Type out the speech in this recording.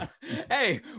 Hey